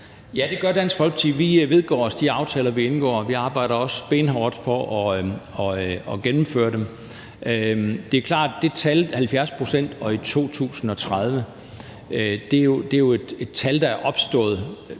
Ja, det gør Dansk Folkeparti. Vi vedgår de aftaler, vi indgår. Vi arbejder også benhårdt for at gennemføre dem. Det er klart, at det tal, 70 pct. i 2030, jo er et tal, man kan diskutere